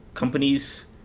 companies